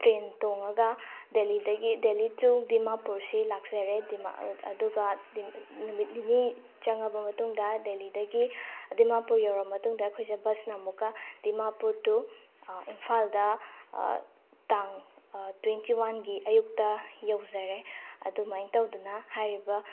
train ꯇꯣꯡꯉꯒ ꯗꯦꯜꯂꯤꯗꯒꯤ Delhi to ꯗꯤꯃꯥꯄꯨꯔꯁꯤ ꯂꯥꯛꯆꯔꯦ ꯑꯗꯨꯒ ꯅꯨꯃꯤꯠ ꯅꯤꯅꯤ ꯆꯪꯉꯕ ꯃꯇꯨꯡꯗ ꯗꯦꯜꯂꯤꯗꯒꯤ ꯗꯤꯃꯥꯄꯨꯔ ꯌꯧꯔꯕ ꯃꯇꯨꯡꯗ ꯑꯩꯈꯣꯏꯁꯦ ꯕꯁꯅ ꯑꯃꯨꯛꯀ ꯗꯤꯃꯥꯄꯨꯔ ꯇꯨ ꯏꯝꯐꯥꯜꯗ ꯇꯥꯡ ꯇ꯭ꯋꯦꯟꯇꯤꯋꯥꯟꯒꯤ ꯑꯌꯨꯛꯇ ꯌꯧꯖꯔꯦ ꯑꯗꯨꯃꯥꯏꯅ ꯇꯧꯗꯅ ꯍꯥꯏꯔꯤꯕ